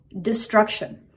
destruction